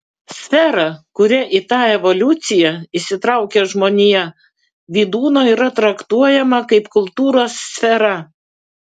sfera kuria į tą evoliuciją įsitraukia žmonija vydūno yra traktuojama kaip kultūros sfera